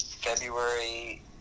February